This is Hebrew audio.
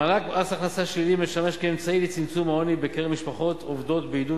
מענק מס הכנסה שלילי משמש כאמצעי לצמצום העוני בקרב משפחות עובדות ולעידוד